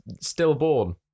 Stillborn